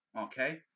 Okay